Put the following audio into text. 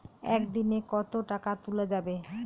একদিন এ কতো টাকা তুলা যাবে?